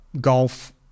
golf